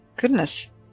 goodness